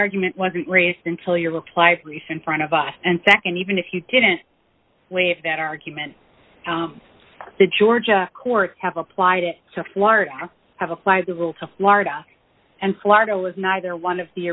argument wasn't raised until your reply brief and front of us and nd even if you didn't waive that argument the georgia courts have applied it to florida have applied the rule to florida and florida was neither one of the